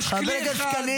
--- חבר הכנסת שקלים,